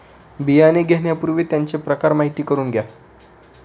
बियाणे घेण्यापूर्वी त्यांचे प्रकार माहिती करून घ्या